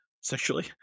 Sexually